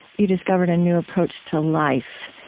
you discovered a new approach to life.